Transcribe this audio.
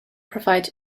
provide